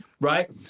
right